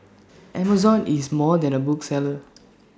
Amazon is more than A bookseller